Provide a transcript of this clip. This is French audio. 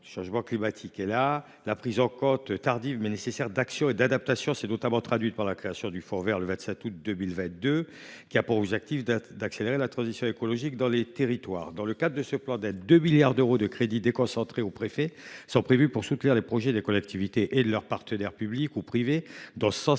Le changement climatique est là. La prise en compte nécessaire, mais tardive, de ce phénomène s’est notamment traduite par la création du fonds vert, annoncée le 27 août 2022, dont l’objectif est d’accélérer la transition écologique dans les territoires. Dans le cadre de ce plan d’aide, 2 milliards d’euros de crédits déconcentrés aux préfets sont prévus pour soutenir les projets des collectivités et de leurs partenaires publics ou privés, dont 157